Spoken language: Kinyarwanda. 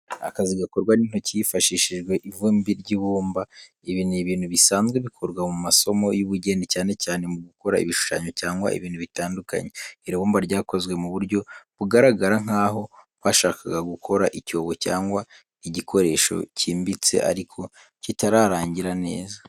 Akazi gakorwa n’intoki hifashishijwe ivumbi ry’ibumba, ibi n'ibintu bisanzwe bikorwa mu masomo y’ubugeni, cyane cyane mu gukora ibishushanyo cyangwa ibintu bitandukanye. Iri bumba ryakozwe mu buryo bugaragara nk’aho bashakaga gukora icyobo cyangwa igikoresho cyimbitse ariko kitararangira neza.